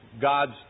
God's